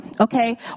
okay